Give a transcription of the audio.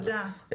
תודה.